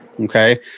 Okay